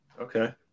okay